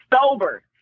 Sober